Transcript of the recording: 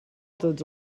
tots